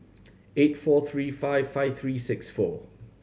eight four three five five three six four